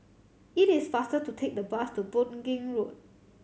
it is faster to take the bus to Boon Keng Road